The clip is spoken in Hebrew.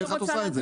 איך את עושה את זה?